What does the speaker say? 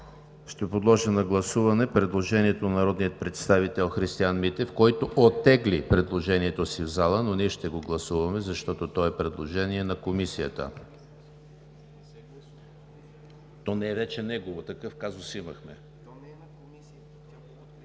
Ще подложа на гласуване предложението на народния представител Христиан Митев, който оттегли предложението си в залата, но ние ще го гласуваме, защото то е предложение на Комисията. (Уточнения между председателя